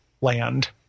land